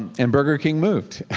and burger king moved.